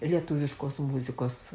lietuviškos muzikos